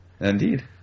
Indeed